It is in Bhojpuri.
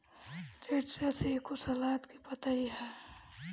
लेट्स एगो सलाद के पतइ ह